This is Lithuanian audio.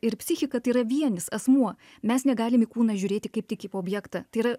ir psichika tai yra vienis asmuo mes negalim į kūną žiūrėti kaip tik į objektą tai yra